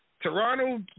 Toronto